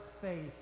faith